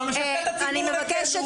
אתה משקר את הציבור --- אני מבקשת